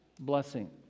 blessing